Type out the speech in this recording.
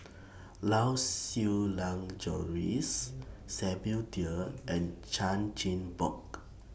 Lau Siew Lang Doris Samuel Dyer and Chan Chin Bock